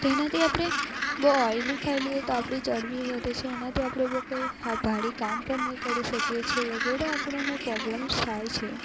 તેનાથી આપણે બહુ ઓઈલી ખાઈ લઈએ તો આપણી ચરબી વધે છે તેનાથી આપણે બહુ કંઈ ભારીકામ પણ નહીં કરી શકીએ છીએ વગેરે આપણને પ્રોબ્લેમ્સ થાય છે